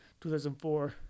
2004